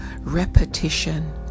repetition